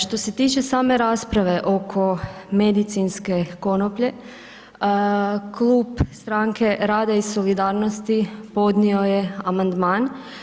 Što se tiče same rasprave oko medicinske konoplje, Klub Stranke rada i solidarnosti podnio je amandman.